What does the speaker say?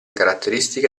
caratteristiche